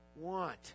want